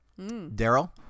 Daryl